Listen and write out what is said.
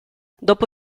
dopo